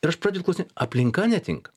ir aš pradedu klausinėt aplinka netinka